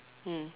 mm